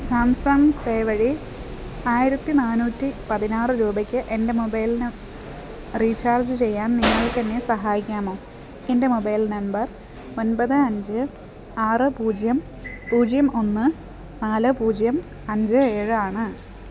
Samsung pay വഴി ആയിരത്തി നാന്നൂറ്റി പതിനാറ് രൂപയ്ക്ക് എൻ്റെ മൊബൈലിന് റീചാർജ് ചെയ്യാൻ നിങ്ങൾക്കെന്നെ സഹായിക്കാമോ എൻ്റെ മൊബൈൽ നമ്പർ ഒൻപത് അഞ്ച് ആറ് പൂജ്യം പൂജ്യം ഒന്ന് നാല് പൂജ്യം അഞ്ച് ഏഴാണ്